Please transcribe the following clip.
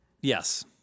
Yes